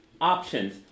options